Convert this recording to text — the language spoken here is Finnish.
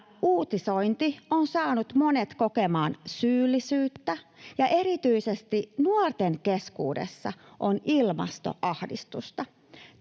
uutisointi on saanut monet kokemaan syyllisyyttä, ja erityisesti nuorten keskuudessa on ilmastoahdistusta.